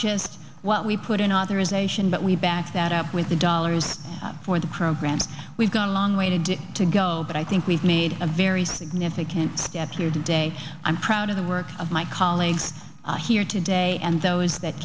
just what we put in authorization but we back that up with the dollars for the programs we've got a long way to do to go but i think we've made a very significant step here today i'm proud of the work of my colleagues here today and those that